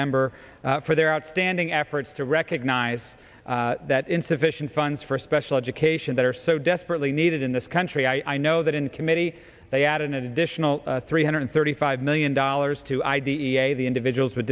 member for their outstanding efforts to recognize that insufficient funds for special education that are so desperately needed in this country i know that in committee they add an additional three hundred thirty five million dollars to i d e a the individuals with